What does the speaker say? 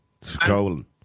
Scrolling